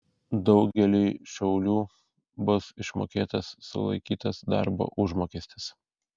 daugeliui šaulių bus išmokėtas sulaikytas darbo užmokestis